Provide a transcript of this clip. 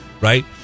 right